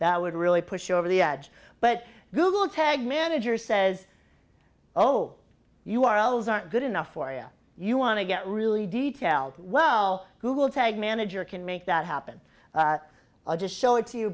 that would really push over the edge but google tag manager says oh you are elves aren't good enough for you you want to get really detailed well google tag manager can make that happen i'll just show it to you